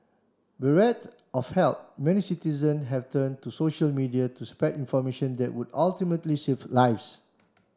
bereft of help many citizen have turned to social media to spread information that would ultimately save lives